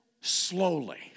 slowly